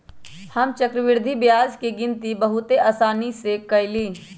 हम चक्रवृद्धि ब्याज के गिनति बहुते असानी से क लेईले